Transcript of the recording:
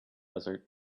desert